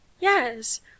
yes